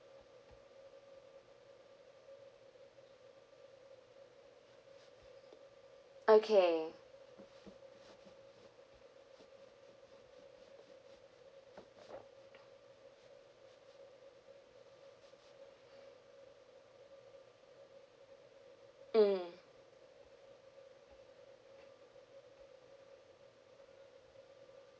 okay mm